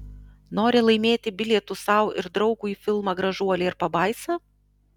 nori laimėti bilietus sau ir draugui į filmą gražuolė ir pabaisa